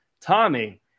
Tommy